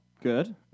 Good